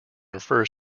refers